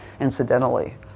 incidentally